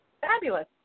fabulous